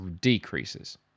decreases